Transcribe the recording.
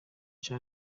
cha